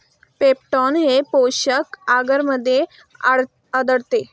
peptone हे पोषक आगरमध्ये आढळते